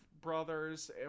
brothers